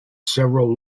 several